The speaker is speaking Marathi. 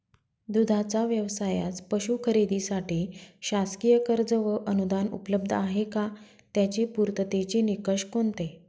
दूधाचा व्यवसायास पशू खरेदीसाठी शासकीय कर्ज व अनुदान उपलब्ध आहे का? त्याचे पूर्ततेचे निकष कोणते?